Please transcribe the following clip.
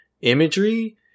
imagery